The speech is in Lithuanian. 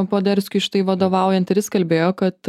poderskiui štai vadovaujant ir jis kalbėjo kad